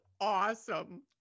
awesome